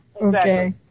Okay